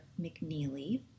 McNeely